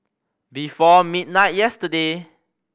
before midnight yesterday